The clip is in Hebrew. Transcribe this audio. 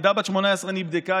הילדה בת ה-18 נדבקה,